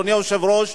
אדוני היושב-ראש,